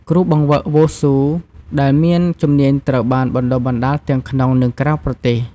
គ្រូបង្វឹកវ៉ូស៊ូដែលមានជំនាញត្រូវបានបណ្ដុះបណ្ដាលទាំងក្នុង និងក្រៅប្រទេស។